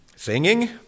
Singing